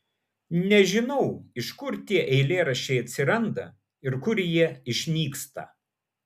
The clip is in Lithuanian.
nežinau iš kur tie eilėraščiai atsiranda ir kur jie išnyksta